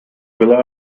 will